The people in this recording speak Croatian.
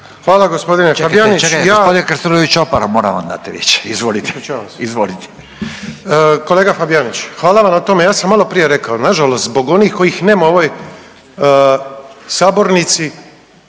Hvala gospodine Fabijanić.